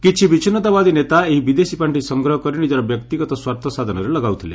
କିଛି ବିଚ୍ଛିନ୍ନତାବାଦୀ ନେତା ଏହି ବିଦେଶୀ ପାଖି ସଂଗ୍ରହ କରି ନିଜର ବ୍ୟକ୍ତିଗତ ସ୍ୱାର୍ଥସାଧନରେ ଲଗାଉଥିଲେ